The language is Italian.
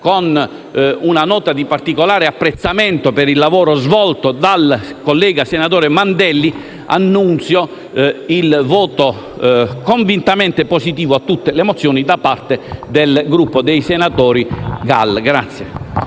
con una nota di particolare apprezzamento per il lavoro svolto dal collega senatore Mandelli, annunzio il voto convintamente favorevole su tutte le mozioni da parte dei senatori del Gruppo